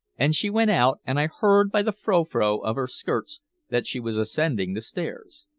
and she went out, and i heard by the frou-frou of her skirts that she was ascending the stairs.